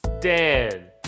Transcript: Dan